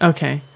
Okay